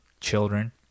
children